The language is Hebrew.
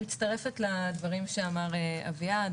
אני מצטרפת לדברים שאמר אביעד.